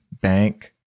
bank